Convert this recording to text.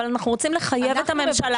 אבל אנחנו רוצים לחייב את הממשלה